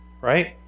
right